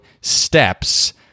steps